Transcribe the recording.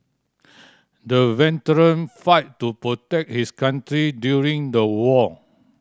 the veteran fought to protect his country during the war